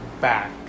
back